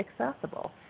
accessible